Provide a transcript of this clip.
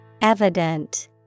Evident